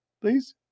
please